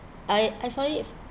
I it I find it